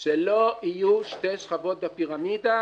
שלא יהיו שתי שכבות בפירמידה.